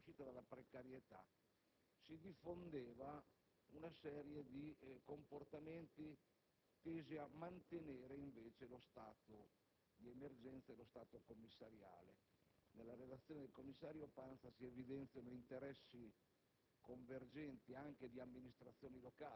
che si aveva la sensazione che si andava verso l'uscita dalla precarietà si diffondeva una serie di comportamenti tesi a mantenere, invece, lo stato d'emergenza e commissariale. Nella relazione del commissario Pansa si evidenziano interessi